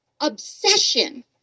obsession